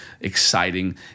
exciting